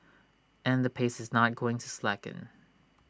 and the pace is not going to slacken